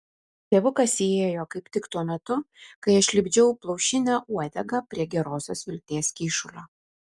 tėvukas įėjo kaip tik tuo metu kai aš lipdžiau plaušinę uodegą prie gerosios vilties kyšulio